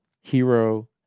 Hero